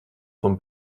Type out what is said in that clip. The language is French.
son